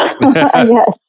yes